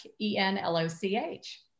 E-N-L-O-C-H